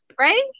Right